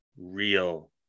real